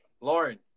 Lauren